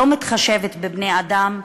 לא מתחשבת בבני-אדם.